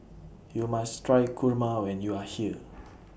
YOU must Try Kurma when YOU Are here